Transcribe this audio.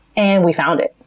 and we found it.